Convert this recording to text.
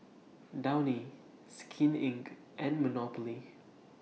Downy Skin Inc and Monopoly